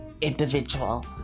individual